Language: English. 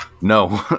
no